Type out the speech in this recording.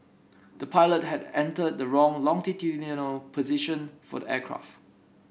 the pilot had entered the wrong longitudinal position for the aircraft